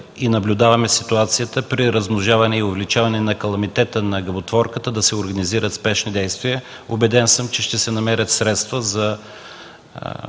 и наблюдаваме ситуацията при размножаване и увеличаване на каламитета на гъботворката да се организират спешни действия. Убеден съм, че ще се намерят средства за